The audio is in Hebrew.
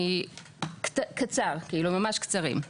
תושבי מודיעין עילית, וזה מה שהם אומרים: